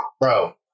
Bro